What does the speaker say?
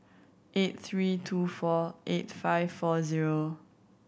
eight three two four eight five four zero